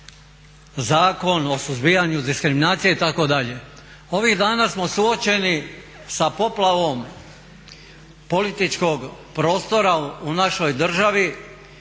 zakon o suzbijanju diskriminacije itd…. Ovih dana smo suočeni sa poplavom političkog prostora u našoj državi